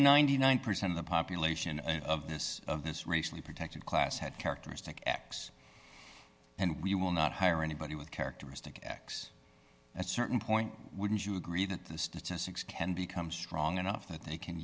ninety nine percent of the population of this of this racially protected class had characteristic x and we will not hire anybody with characteristic x at certain point wouldn't you agree that the statistics can become strong enough that they can